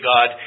God